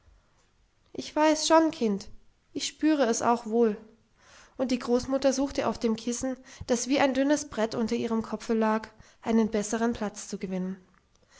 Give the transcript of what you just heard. ich weiß schon kind ich spüre es auch wohl und die großmutter suchte auf dem kissen das wie ein dünnes brett unter ihrem kopfe lag einen besseren platz zu gewinnen